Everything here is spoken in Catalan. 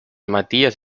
maties